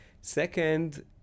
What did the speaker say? Second